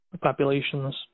populations